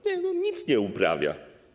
Nie, no nic nie uprawia.